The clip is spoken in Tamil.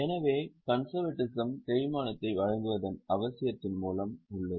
எனவே கன்செர்வேட்டிசம் தேய்மானத்தை வழங்குவதன் அவசியத்தின் மூலத்தில் உள்ளது